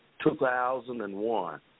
2001